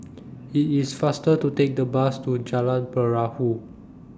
IT IS faster to Take The Bus to Jalan Perahu